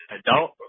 adult